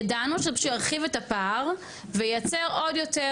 ידענו שהוא ירחיב את הפער וייצר עוד יותר